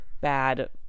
bad